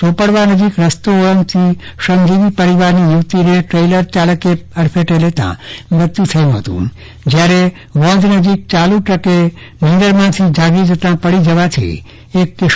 ચોપડવા નજીક રસ્તો ઓળંગતી શ્રમજીવી પરિવારની યુવતિને ટ્રેઈલર ચાલકે અડફેટે લેતા મૃત્યુ થયું હતું જ્યારે વોંધનજીક ચાલુ ટ્રકે નિંદરથી જાગતા પડી જવાથી મોત થયો હતો